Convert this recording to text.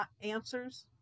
answers